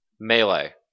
Melee